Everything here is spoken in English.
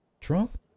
Trump